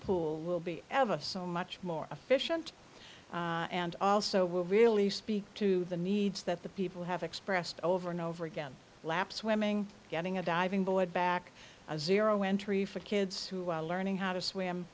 pool will be ever so much more efficient and also will really speak to the needs that the people have expressed over and over again lap swimming getting a diving board back a zero tree for kids who are learning how to swim